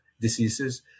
diseases